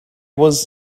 was